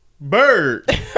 bird